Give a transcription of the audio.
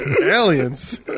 Aliens